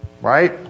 Right